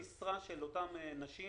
למעלה מ-50% מהנשים